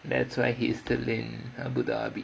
that's why he's still in abudabi